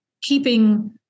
keeping